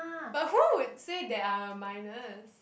but who would said there are a minus